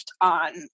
on